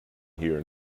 here